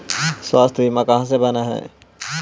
स्वास्थ्य बीमा कहा से बना है?